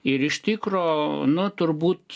ir iš tikro nu turbūt